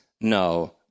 no